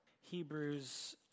Hebrews